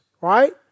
Right